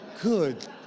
Good